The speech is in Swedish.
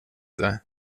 det